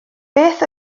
beth